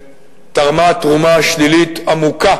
שתרמה לפני כחצי שנה תרומה שלילית עמוקה